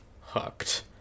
hooked